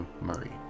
Murray